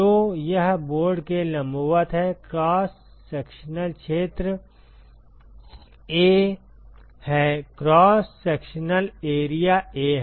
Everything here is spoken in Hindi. तो यह बोर्ड के लंबवत है क्रॉस सेक्शनल क्षेत्र A हैक्रॉस सेक्शनल एरिया A है